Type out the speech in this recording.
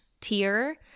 tier